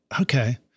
okay